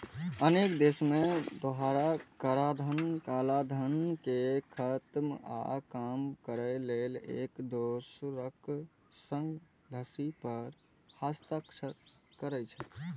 अनेक देश दोहरा कराधान कें खत्म या कम करै लेल एक दोसरक संग संधि पर हस्ताक्षर करै छै